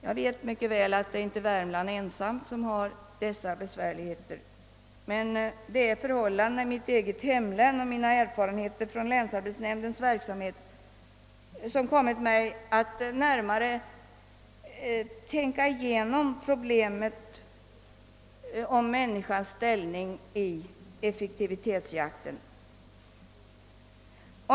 Jag vet mycket väl att Värmland inte är ensamt om att ha dessa besvärligheter, men det är förhållandena i mitt eget hemlän och mina erfarenheter från länsarbetsnämndens verksamhet där som närmast gjort, att jag fått anledning att tänka igenom problemet om människans ställning i effektivitetsjakten.